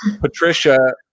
Patricia